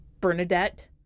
Bernadette